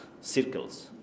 circles